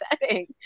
setting